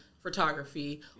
photography